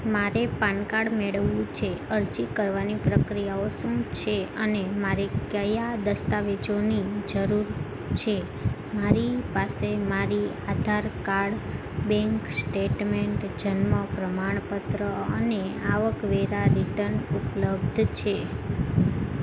મારે PAN card મેળવવું છે અરજી કરવાની પ્રક્રિયાઓ શું છે અને મારે કયા દસ્તાવેજોની જરૂર છે મારી પાસે મારાં આધાર કાર્ડ બેંક સ્ટેટમેન્ટ જન્મ પ્રમાણપત્ર અને આવકવેરા રિટર્ન ઉપલબ્ધ છે